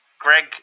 Greg